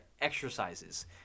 exercises